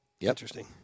Interesting